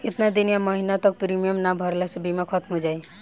केतना दिन या महीना तक प्रीमियम ना भरला से बीमा ख़तम हो जायी?